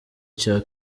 cya